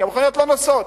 כי המכונות לא נוסעות.